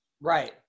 right